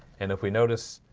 and if we notice